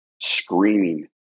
screaming